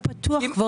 הוא פתוח.